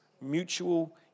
mutual